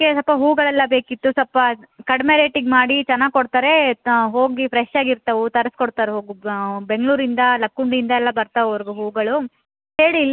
ಹಾಂ ನೀವು ಭಾಳ ತಗೊಂಡ್ರೆ ಸ್ವಲ್ಪ ಏನು ಕನ್ಫ್ಯೂಷನ್ ಮಾಡ್ಬಹುದ್ ರೀ ಇದು ಮಾರ್ಗ ಮಾರುಗಟ್ಲೆ ತಗೊಂಡ್ರೆ ನಿಮ್ಗೆ ಸವಿ ಆಗುತ್ತೆ ಒಂದು ಒಂದು ಮೊಳಾ ತೊಗೊಂಡ್ರು ಕಾ ಹೆಚ್ಚಾಗುತ್ತೆ ನಿಮ್ಗೆ ರೇಟು ಮಾರುಗಟ್ಲೆ ತಗೊಳ್ತಾರೆ ಹೆಂಗೆ